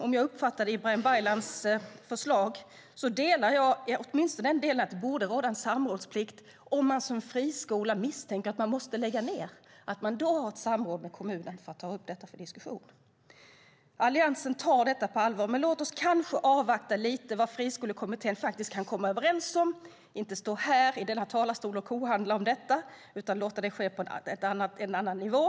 Om jag uppfattade Ibrahim Baylans förslag rätt delar jag åtminstone detta att det borde råda samrådsplikt om man som friskola misstänker att man måste lägga ned - att man då har ett samråd med kommunen för att ta upp detta till diskussion. Alliansen tar detta på allvar, men låt oss kanske avvakta lite vad Friskolekommittén faktiskt kan komma överens om. Låt oss inte stå i talarstolen och kohandla om detta, utan låt det ske på en annan nivå.